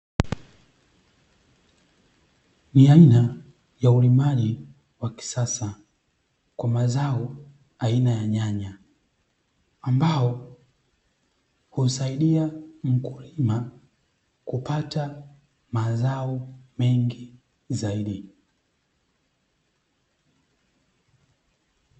Ni aina ya ulimaji wa kisasa kwa mazao aina ya nyanya ambao husaidia mkulima kupata mazao mengi zaidi.